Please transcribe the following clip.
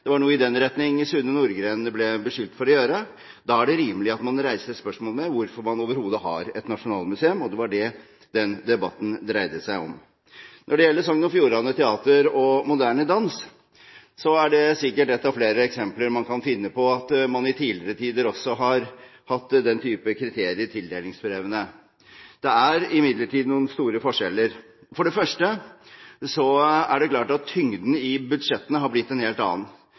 Det var noe i den retning Sune Nordgren ble beskyldt for å gjøre. Da er det rimelig at man reiser spørsmål ved hvorfor man overhodet har et nasjonalmuseum, og det var det den debatten dreide seg om. Når det gjelder Sogn og Fjordane Teater og moderne dans, er det sikkert ett av flere eksempler man kan finne på at man også i tidligere tider har hatt den type kriterier i tildelingsbrevene. Det er imidlertid noen store forskjeller. For det første er det klart at tyngden i budsjettene har blitt en helt annen.